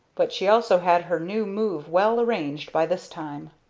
but she also had her new move well arranged by this time.